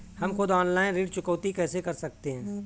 हम खुद ऑनलाइन ऋण चुकौती कैसे कर सकते हैं?